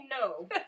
no